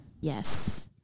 Yes